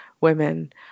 women